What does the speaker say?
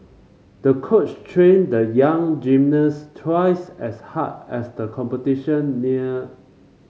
the coach trained the young gymnast twice as hard as the competition near